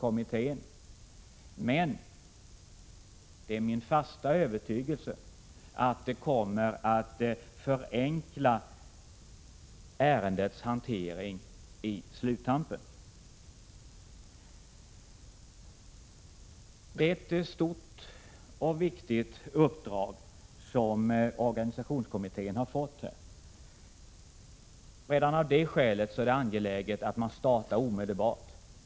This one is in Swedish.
Men det är min fasta övertygelse att det kommer att förenkla ärendets hantering i sluttampen. Det är ett stort och viktigt uppdrag som organisationskommittén har fått. Redan av det skälet är det angeläget att man startar omedelbart.